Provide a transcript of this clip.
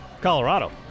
Colorado